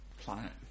Planet